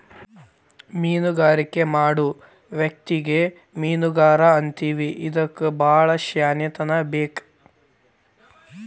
ಮೇನುಗಾರಿಕೆ ಮಾಡು ವ್ಯಕ್ತಿಗೆ ಮೇನುಗಾರಾ ಅಂತೇವಿ ಇದಕ್ಕು ಬಾಳ ಶ್ಯಾಣೆತನಾ ಬೇಕ